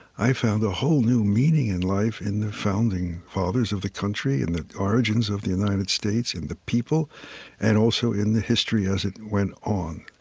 i found a whole new meaning in life in the founding fathers of the country, in the origins of the united states and the people and also in the history as it went on.